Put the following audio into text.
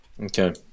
Okay